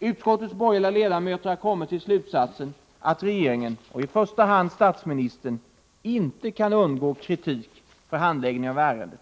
Utskottets borgerliga ledamöter har kommit till slutsatsen att regeringen och i första hand statsministern inte kan undgå kritik för handläggningen av ärendet.